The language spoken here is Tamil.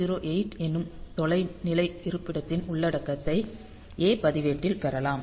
ஆகவே இந்த 1008 என்னும் தொலைநிலை இருப்பிடத்தின் உள்ளடக்கத்தை A பதிவேட்டில் பெறலாம்